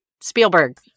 Spielberg